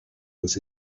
was